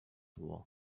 war